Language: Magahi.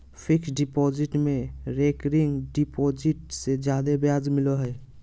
फिक्स्ड डिपॉजिट में रेकरिंग डिपॉजिट से जादे ब्याज मिलो हय